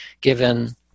given